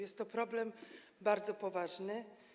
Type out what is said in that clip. Jest to problem bardzo poważny.